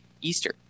Easter